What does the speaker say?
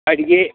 ಅಡ್ಗೆ